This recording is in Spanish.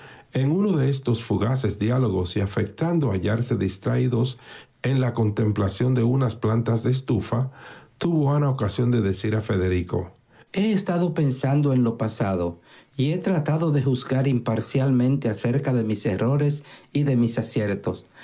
uno de estos fugaces diálogos y afectando hallarse distraídos en la contemplación de unas plantas de estufa tuvo ana ocasión de decir a federico he estado pensando en lo pasado y he tratado de juzgar imparcialmente acerca de mis errores y de mis aciertos